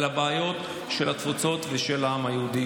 הבעיות של התפוצות ושל העם היהודי בעולם.